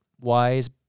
wise